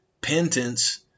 penance